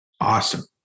Awesome